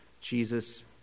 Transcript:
Jesus